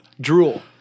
drool